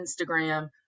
instagram